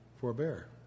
forbear